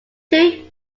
two